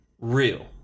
real